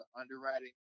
underwriting